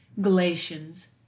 Galatians